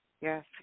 Yes